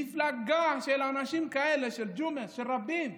מפלגה של אנשים כאלה, של ג'ומס, של רבים.